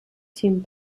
tim